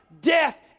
death